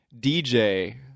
DJ